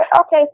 okay